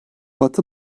batı